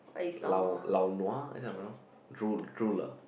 lao lao nua is that how to pronounce drool drool lah